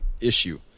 issue